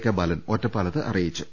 K Balan ഒറ്റപ്പാലത്ത് അറിയിച്ചു